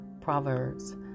Proverbs